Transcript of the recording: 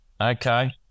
Okay